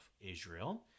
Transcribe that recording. Israel